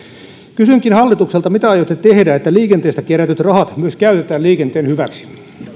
kysynkin hallitukselta mitä aiotte tehdä että liikenteestä kerätyt rahat myös käytetään liikenteen hyväksi